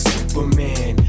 Superman